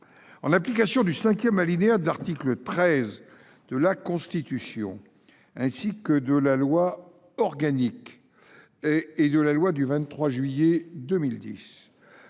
En application du cinquième alinéa de l’article 13 de la Constitution, ainsi que de la loi organique et de la loi du 23 juillet 2010